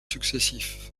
successifs